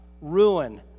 ruin